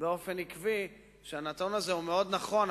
באופן עקבי שהנתון הזה מאוד נכון,